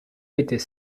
était